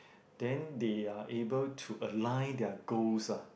then they are able to align their goals ah